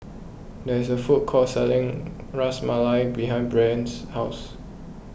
there is a food court selling Ras Malai behind Brien's house